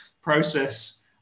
process